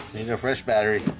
your fresh battery